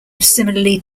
similarly